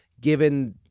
given